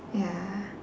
ya